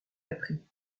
appris